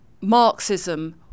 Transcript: Marxism